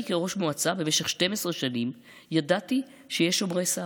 אני כראש מועצה במשך 12 שנים ידעתי שיש שומרי סף.